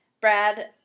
Brad